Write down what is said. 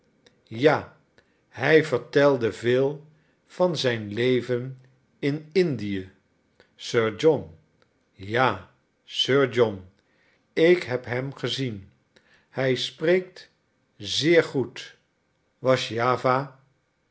ja hij vertelde veel van zijn leven in indië sir john ja sir john ik heb hem gezien hij spreekt zeer goed wlaszjawa